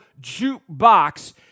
jukebox